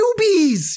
newbies